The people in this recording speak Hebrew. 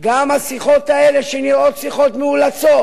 שגם השיחות האלה שנראות שיחות מאולצות,